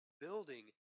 building